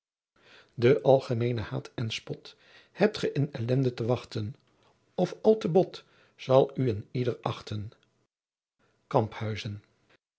den algemeijnen haet en spot hebt ge in ellendt te wachten of overboos of al te bot zal u een yeder achten